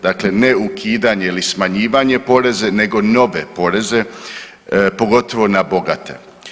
Dakle, ne ukidanje ili smanjivanje poreza, nego nove poreze pogotovo na bogate.